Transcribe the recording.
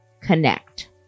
connect